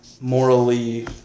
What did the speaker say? morally